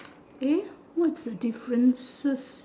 eh what's the differences